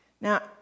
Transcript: Now